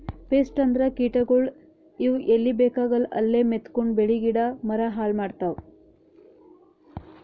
pest ಅಂದ್ರ ಕೀಟಗೋಳ್, ಇವ್ ಎಲ್ಲಿ ಬೇಕಾಗಲ್ಲ ಅಲ್ಲೇ ಮೆತ್ಕೊಂಡು ಬೆಳಿ ಗಿಡ ಮರ ಹಾಳ್ ಮಾಡ್ತಾವ್